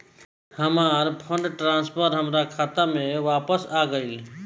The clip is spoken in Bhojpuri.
हमार फंड ट्रांसफर हमार खाता में वापस आ गइल